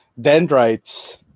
Dendrites